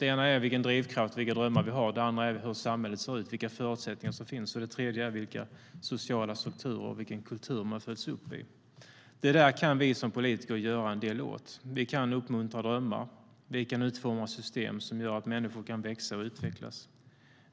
Det ena är vilken drivkraft och vilka drömmar vi har. Det andra är hur samhället ser ut och vilka förutsättningar som finns. Det tredje är vilka sociala strukturer och vilken kultur vi föds in i.Det här kan vi som politiker göra en del åt. Vi kan uppmuntra drömmar. Vi kan utforma system som gör att människor kan växa och utvecklas.